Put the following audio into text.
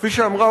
כפי שאמרה,